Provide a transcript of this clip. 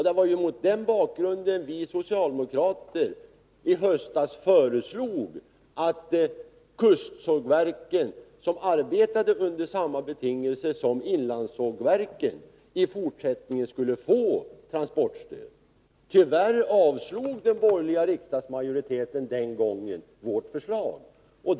Det är mot den bakgrunden som vi socialdemokrater i höstas föreslog att kustsågverken, som arbetar under samma betingelser som inlandssågverken, i fortsättningen skall få transportstöd. Tyvärr avslog den borgerliga riksdagsmajoriteten vårt förslag den gången.